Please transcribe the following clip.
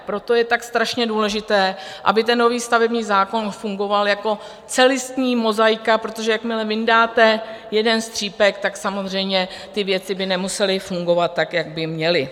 Proto je tak strašně důležité, aby nový stavební zákon fungoval jako celostní mozaika, protože jakmile vyndáte jeden střípek, samozřejmě ty věci by nemusely fungovat tak, jak by měly.